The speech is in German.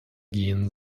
gehen